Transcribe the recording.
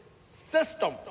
System